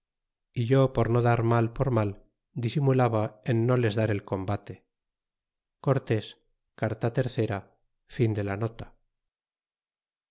y yo por no dar mal por mal disimulaba en no les dar el combate e cortés carta iii